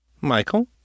Michael